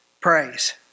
praise